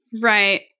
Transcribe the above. Right